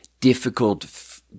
difficult